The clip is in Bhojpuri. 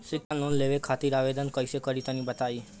शिक्षा लोन लेवे खातिर आवेदन कइसे करि तनि बताई?